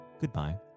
goodbye